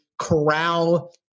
corral